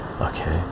okay